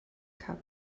cup